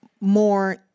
more